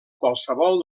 qualsevol